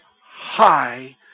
high